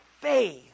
faith